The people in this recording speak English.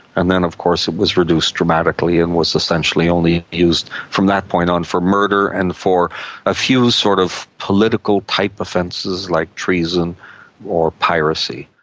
and then of course it was reduced dramatically and was essentially only used from that point on for murder and for a few sort of political type offences like treason or piracy.